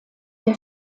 der